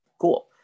cool